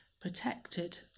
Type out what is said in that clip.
protected